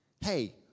Hey